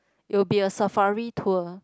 it will be a safari tour